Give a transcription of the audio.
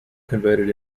converted